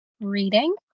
reading